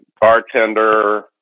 Bartender